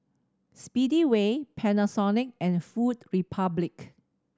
Speedway Panasonic and Food Republic